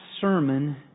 sermon